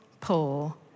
poor